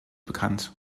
bekannt